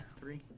Three